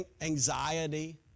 anxiety